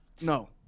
No